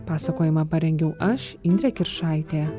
pasakojimą parengiau aš indrė kiršaitė